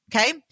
okay